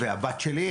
והבת שלי,